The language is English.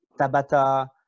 Tabata